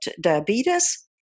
diabetes